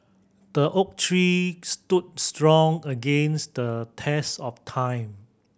the oak tree stood strong against the test of time